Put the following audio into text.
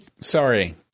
sorry